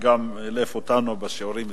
שגם אילף אותנו בשיעורי היסטוריה.